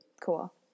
Cool